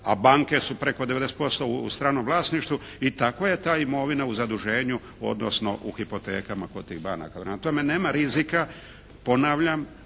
a banke su preko 90% u stranom vlasništvu. I tako je ta imovina u zaduženju odnosno u hipotekama kod tih banaka. Prema tome nema rizika, ponavljam